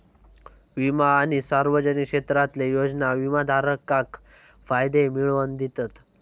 विमा आणि सार्वजनिक क्षेत्रातले योजना विमाधारकाक फायदे मिळवन दितत